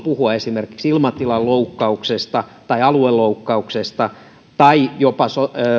puhua esimerkiksi ilmatilaloukkauksesta tai alueloukkauksesta tai jopa